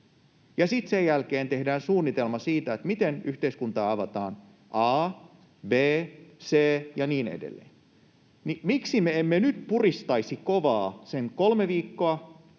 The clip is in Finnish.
sen jälkeen tehdään suunnitelma siitä, miten yhteiskuntaa avataan: A, B, C ja niin edelleen. Miksi me emme nyt puristaisi kovaa sen kolme viikkoa,